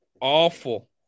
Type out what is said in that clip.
awful